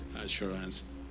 assurance